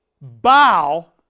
bow